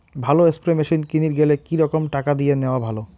ভালো spray machine কিনির গেলে কি রকম টাকা দিয়া নেওয়া ভালো?